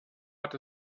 hat